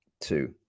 two